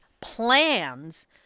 plans